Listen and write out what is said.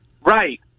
Right